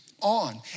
on